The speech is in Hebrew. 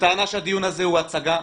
שטענה שהדיון הזה הוא הצגה.